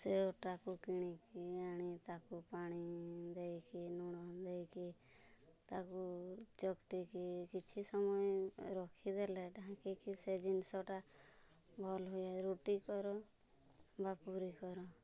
ସେ ଅଟାକୁ କିଣିକି ଆଣି ତାକୁ ପାଣି ଦେଇକି ଲୁଣ ଦେଇକି ତାକୁ ଚକଟିକି କିଛି ସମୟ ରଖିଦେଲେ ଢାଙ୍କିକି ସେ ଜିନିଷଟା ଭଲ ହୁଏ ରୁଟି କର ବା ପୁରୀ କର